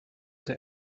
der